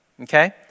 okay